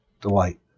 Delight